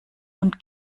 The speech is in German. und